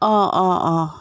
অঁ অঁ অঁ